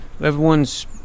everyone's